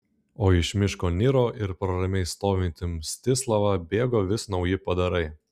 o iš miško niro ir pro ramiai stovintį mstislavą bėgo vis nauji padarai